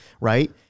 right